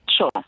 Sure